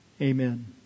Amen